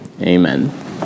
Amen